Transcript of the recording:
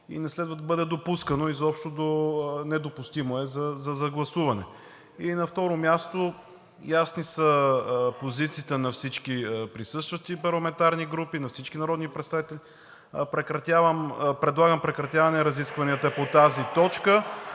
и не следва да бъде допускано изобщо. Недопустимо е за гласуване. И на второ място, ясни са позициите на всички присъстващи парламентарни групи, на всички народни представители. Предлагам прекратяване на разискванията по тази точка